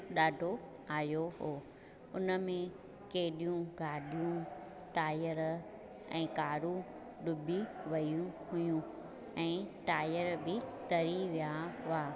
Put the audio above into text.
ॾाढो आयो हुओ हुन में केॾियूं गाॾियूं टायर ऐं कारूं ॾुबी वेयूं हुयूं ऐं टायर बि तरी विया हुआ